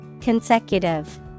Consecutive